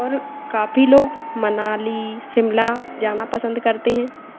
और काफी लोग मनाली शिमला जाना पसंद करते हैं